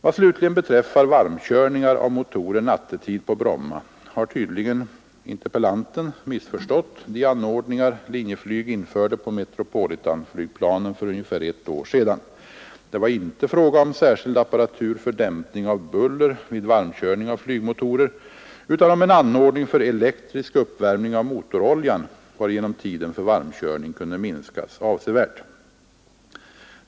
Vad slutligen beträffar varmkörningar av motorer nattetid på Bromma har tydligen interpellanten missförstått de anordningar Linjeflyg införde på Metropolitanflygplanen för ungefär ett år sedan. Det var inte fråga om särskild apparatur för dämpning av buller vid varmkörning av flygmotorer, utan om en anordning för elektrisk uppvärmning av motoroljan, varigenom tiden för varmkörning kunde minskas avsevärt.